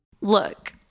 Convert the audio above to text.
Look